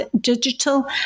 Digital